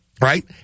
right